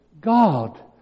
God